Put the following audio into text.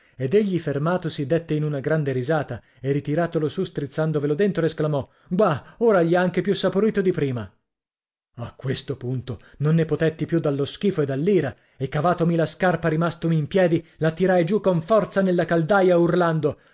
ed egli fermatosi dette in una grande risata e ritiratolo su strizzandovelo dentro esclamò gua ora gli è anche più saporito di prima a questo punto non ne potetti più dallo schifo e dall'ira e cavatomi la scarpa rimastomi in piedi la tirai giù con forza nella caldaia urlando